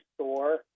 store